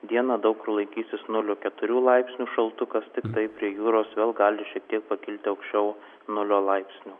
dieną daug kur laikysis nulio keturių laipsnių šaltukas tiktai prie jūros vėl gali šiek tiek pakilti aukščiau nulio laipsnių